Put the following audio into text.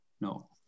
No